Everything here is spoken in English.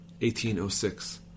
1806